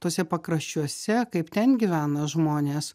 tose pakraščiuose kaip ten gyvena žmonės